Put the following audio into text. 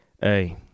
Hey